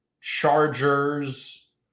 Chargers